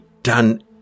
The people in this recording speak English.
done